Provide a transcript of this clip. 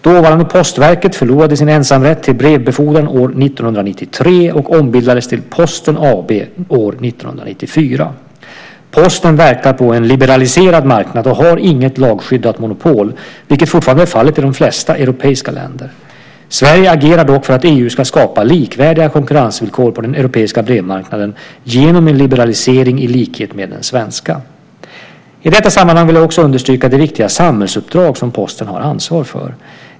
Dåvarande Postverket förlorade sin ensamrätt till brevbefordran år 1993 och ombildades till Posten AB år 1994. Posten verkar på en liberaliserad marknad och har inget lagskyddat monopol, vilket fortfarande är fallet i de flesta europeiska länder. Sverige agerar dock för att EU ska skapa likvärdiga konkurrensvillkor på den europeiska brevmarknaden genom en liberalisering i likhet med den svenska. I detta sammanhang vill jag också understryka det viktiga samhällsuppdrag som Posten har ansvar för.